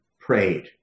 prayed